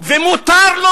ומותר לו,